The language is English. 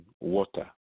water